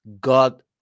God